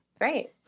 Great